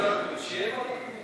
שיהיה ועדת הפנים.